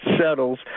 settles